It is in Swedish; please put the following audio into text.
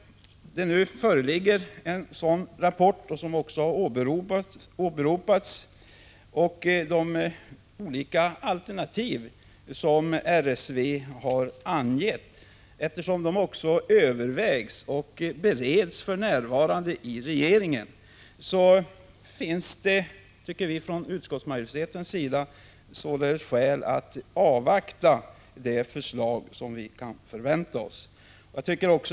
Nu föreligger det en rapport, som också har åberopats, och riksskatteverket har angett olika alternativ. Eftersom dessa övervägs och bereds för närvarande av regeringen, finns det, tycker vi från utskottsmajoritetens sida, således skäl att avvakta förslag från regeringen.